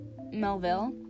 Melville